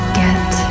get